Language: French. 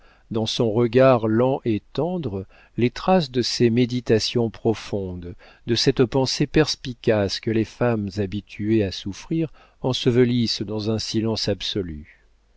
dans son regard lent et tendre les traces de ces méditations profondes de cette pensée perspicace que les femmes habituées à souffrir ensevelissent dans un silence absolu